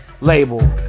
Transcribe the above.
label